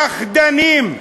פחדנים.